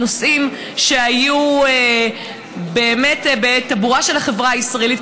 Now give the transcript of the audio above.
על נושאים שהיו באמת בטבורה של החברה הישראלית,